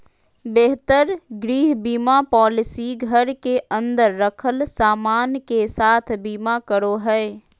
बेहतर गृह बीमा पॉलिसी घर के अंदर रखल सामान के साथ बीमा करो हय